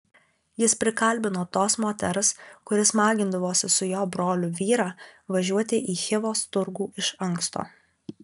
jis prikalbino tos moters kuri smagindavosi su jo broliu vyrą važiuoti į chivos turgų iš anksto